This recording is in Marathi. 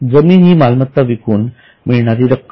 जमीन हि मालमत्ता विकून मिळणारी रक्कम